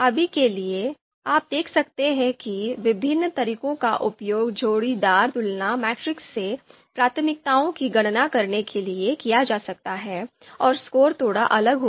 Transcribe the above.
अभी के लिए आप देख सकते हैं कि विभिन्न तरीकों का उपयोग जोड़ीदार तुलना मैट्रीस से प्राथमिकताओं की गणना करने के लिए किया जा सकता है और स्कोर थोड़ा अलग होगा